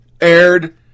aired